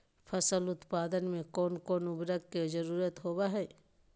फसल उत्पादन में कोन कोन उर्वरक के जरुरत होवय हैय?